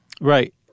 Right